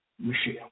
Michelle